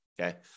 okay